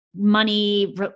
money